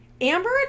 Amber